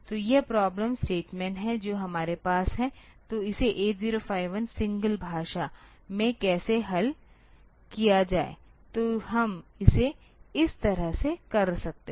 तो यह problem statement है जो हमारे पास है तो इसे 8 0 5 1 सिंगल भाषा में कैसे हल किया जाए तो हम इसे इस तरह से कर सकते हैं